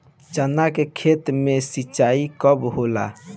चना के खेत मे सिंचाई कब होला?